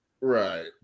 Right